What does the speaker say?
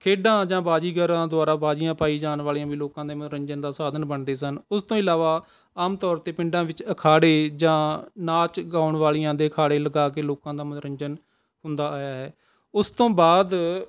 ਖੇਡਾਂ ਜਾਂ ਬਾਜ਼ੀਗਰਾਂ ਦੁਆਰਾ ਬਾਜ਼ੀਆਂ ਪਾਈ ਜਾਣ ਵਾਲੀਆਂ ਵੀ ਲੋਕਾਂ ਦੇ ਮਨੋਰੰਜਨ ਦਾ ਸਾਧਨ ਬਣਦੇ ਸਨ ਉਸ ਤੋਂ ਇਲਾਵਾ ਆਮ ਤੌਰ 'ਤੇ ਪਿੰਡਾਂ ਵਿੱਚ ਅਖਾੜੇ ਜਾਂ ਨਾਚ ਗਾਉਣ ਵਾਲੀਆਂ ਦੇ ਅਖਾੜੇ ਲਗਾ ਕੇ ਲੋਕਾਂ ਦਾ ਮਨੋਰੰਜਨ ਹੁੰਦਾ ਆਇਆ ਹੈ ਉਸ ਤੋਂ ਬਾਅਦ